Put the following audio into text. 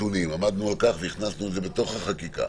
עמדנו על כך והכנסנו את זה בתוך החקיקה